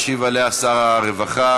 ישיב עליה שר הרווחה